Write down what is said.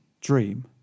dream